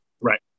Right